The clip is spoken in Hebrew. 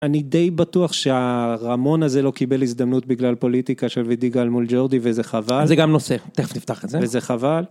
אני די בטוח שהרמון הזה לא קיבל הזדמנות בגלל פוליטיקה של וידיגל מול ג'ורדי וזה חבל. זה גם נושא, תכף נפתח את זה. וזה חבל.